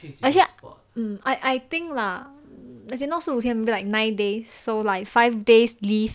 actually I I I think lah as in not 四五天 maybe like nine days so like five days leave